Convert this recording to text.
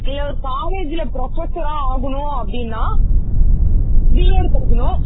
இல்லை ஒரு காலேஜில் ப்ரொஃபஸராக ஆகணும் அப்படின்னா பிஎட் படிக்கணும்